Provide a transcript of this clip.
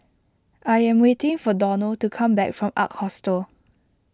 I am waiting for Donal to come back from Ark Hostel